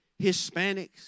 Hispanics